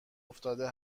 افتاده